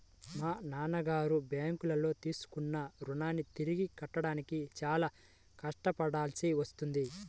మా నాన్నగారు బ్యేంకులో తీసుకున్న రుణాన్ని తిరిగి కట్టడానికి చాలా కష్టపడాల్సి వచ్చింది